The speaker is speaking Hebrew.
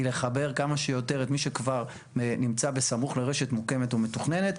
היא לחבר כמה שיותר את מי שכבר נמצא בסמוך לרשת מוקמת ומתוכננת.